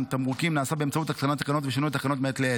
תמרוקים נעשה באמצעות התקנת תקנות ושינוי התקנות מעת לעת.